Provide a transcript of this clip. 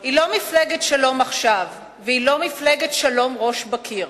היא לא מפלגת "שלום עכשיו" והיא לא מפלגת "שלום ראש בקיר"